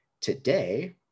today